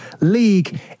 league